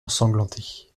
ensanglantés